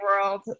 World